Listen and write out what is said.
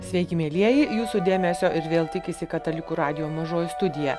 sveiki mielieji jūsų dėmesio ir vėl tikisi katalikų radijo mažoji studija